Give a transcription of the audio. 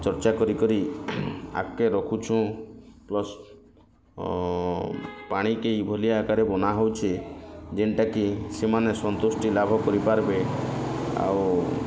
ଚର୍ଚ୍ଚା କରି କରି ଆଗ୍କେ ରଖୁଛୁଁ ପ୍ଲସ୍ ପାଣି କେ ଏଇ ଭଳିଆ ଆକାରେ ବନା ହେଉଛି ଯେନଟା କେ ସେମାନେ ସନ୍ତୁଷ୍ଟି ଲାଭ କରି ପାରିବେ ଆଉ